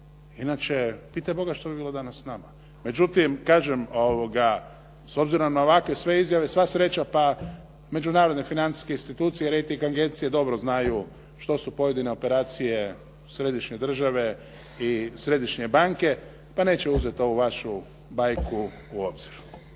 Inače pitaj Boga što bi danas bilo s nama. Međutim, kažem s obzirom na ovakve sve izjave sva sreća pa međunarodne institucije rejting agencije dobro znaju što su pojedine operacije središnje države i središnje banke pa neće uzeti ovu vašu majku u obzir.